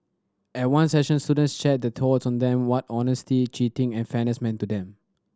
at one session students shared their thoughts on that what honesty cheating and fairness mean to them